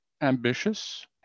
ambitious